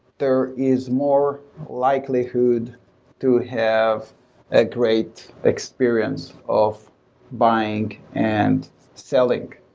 there is more likelihood to have a great experience of buying and selling.